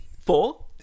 Four